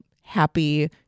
happy